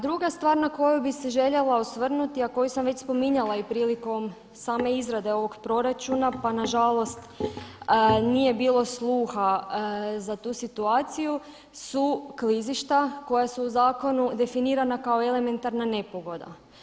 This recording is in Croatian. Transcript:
Druga stvar na koju bi se željela osvrnuti, a koju sam već spominjala i prilikom same izrade ovog proračuna, pa nažalost nije bilo sluha za tu situaciju su klizišta koja su u zakonu definirana kao elementarna nepogoda.